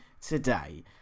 today